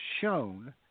shown